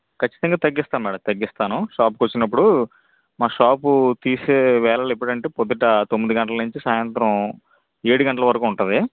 ఖచ్చితంగా తగ్గిస్తా తగ్గిస్తాను షాప్కు వచ్చినప్పుడు మా షాప్ తీసే వేళలు ఎప్పుడంటే పొద్దుట తొమ్మిది గంటల నుంచి సాయంత్రం ఏడు గంటల వరకు ఉంటుంది